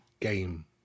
game